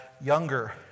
younger